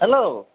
hello